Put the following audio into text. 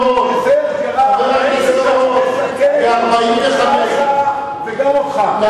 מי שמכניס אותנו לשיח'-ג'ראח מסכן את, וגם אותך.